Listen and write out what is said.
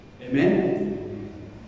Amen